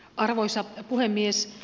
arvoisa puhemies